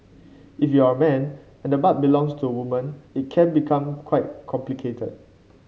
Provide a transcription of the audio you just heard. if you're a man and the butt belongs to a woman it can become quite complicated